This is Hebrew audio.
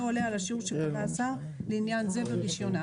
עולה על השיעור שקבע השר לעניין זה ברישיונה."